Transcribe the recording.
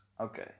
Okay